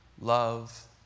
love